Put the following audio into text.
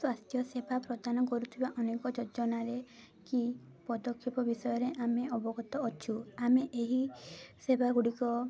ସ୍ୱାସ୍ଥ୍ୟ ସେବା ପ୍ରଦାନ କରୁଥିବା ଅନେକ ଯୋଜନାରେ କି ପଦକ୍ଷେପ ବିଷୟରେ ଆମେ ଅବଗତ ଅଛୁ ଆମେ ଏହି ସେବା ଗୁଡ଼ିକ